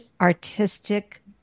artistic